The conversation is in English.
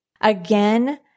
Again